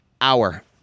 Hour